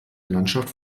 landschaft